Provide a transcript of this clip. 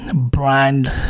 brand